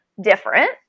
different